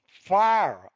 fire